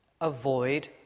avoid